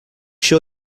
sure